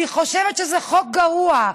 אני חושבת שזה חוק גרוע.